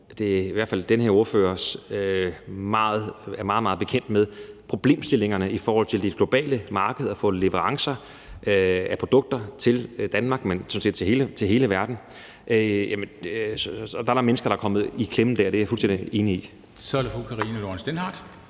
den her ordfører meget, meget bekendt med – problemstillinger i forhold til det globale marked og det at få leverancer af produkter til Danmark og sådan set til hele verden, så er der mennesker, der er kommet i klemme. Det er jeg fuldstændig enig i. Kl. 15:34 Formanden (Henrik